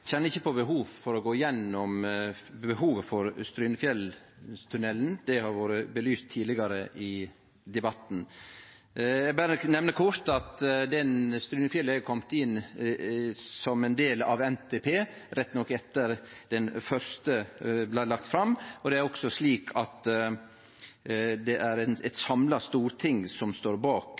ikkje på behov for å gå gjennom behovet for Strynefjellstunnelen – det har vore belyst tidlegare i debatten. Eg vil berre kort nemne at rv. 15 Strynefjellet er kome inn som ein del av NTP, rett nok etter at den første blei lagd fram, og det er eit samla storting som står